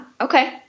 Okay